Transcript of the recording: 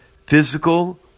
physical